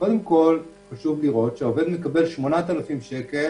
קודם כול, חשוב לראות שהעובד מקבל 8,000 שקל